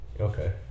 Okay